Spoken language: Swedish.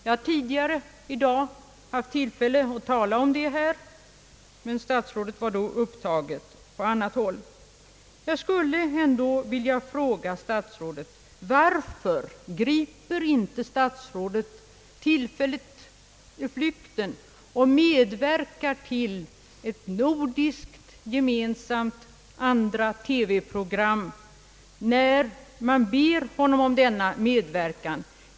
Jag har tidigare i dag haft tillfälle att tala om detta, men statsrådet var då upptagen på annat håll. Jag skulle ändå vilja fråga statsrådet, varför han inte griper tillfället i flykten och medverkar till ett nordiskt gemensamt TV program, när man ber honom om denna medverkan.